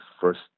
first